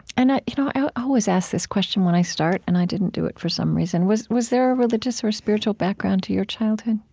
and i you know i always ask this question when i start, and i didn't do it for some reason. was was there a religious or spiritual background to your childhood?